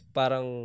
parang